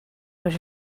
out